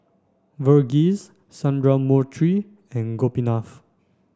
Verghese Sundramoorthy and Gopinath